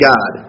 God